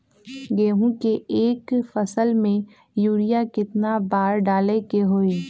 गेंहू के एक फसल में यूरिया केतना बार डाले के होई?